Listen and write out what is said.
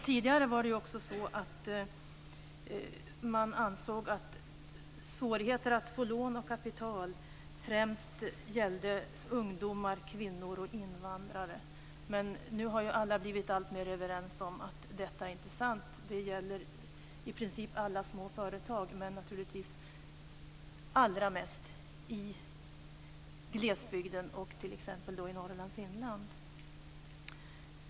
Tidigare var det ju också så att man ansåg att svårigheter att få lån och kapital främst gällde ungdomar, kvinnor och invandrare. Men nu har alla blivit alltmer överens om att detta inte är sant. Det gäller i princip alla små företag, men naturligtvis allra mest i glesbygden t.ex. i Norrlands inland.